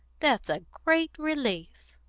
that's a great relief.